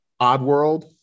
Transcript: Oddworld